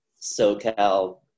SoCal